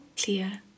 clear